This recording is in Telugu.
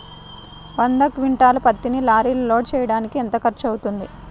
వంద క్వింటాళ్ల పత్తిని లారీలో లోడ్ చేయడానికి ఎంత ఖర్చవుతుంది?